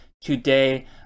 today